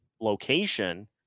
location